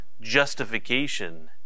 justification